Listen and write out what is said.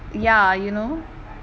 ya you know